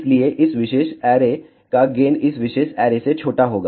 इसलिए इस विशेष ऐरे का गेन इस विशेष ऐरे से छोटा होगा